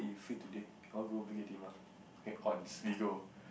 you free today want go Bukit-Timah eh on we go